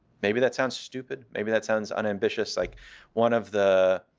maybe that sounds stupid. maybe that sounds unambitious. like one of the